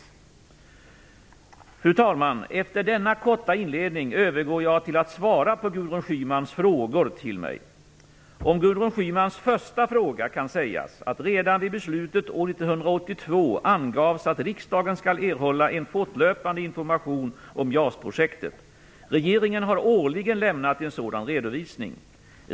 Fru talman! Efter denna korta inledning övergår jag till att svara på Gudrun Schymans frågor till mig. Om Gudrun Schymans första fråga kan sägas att redan vid beslutet år 1982 angavs att riksdagen skall erhålla en fortlöpande information om JAS-projektet. Regeringen har årligen lämnat en sådan redovisning.